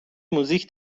موزیک